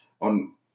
on